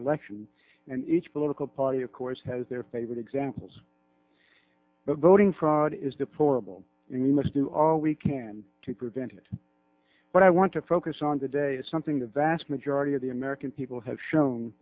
election and each political party of course has their favorite examples but voting fraud is deplorable and we must do all we can to prevent it but i want to focus on the day something the vast majority of the american people have shown